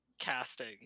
casting